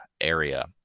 area